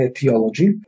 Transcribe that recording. theology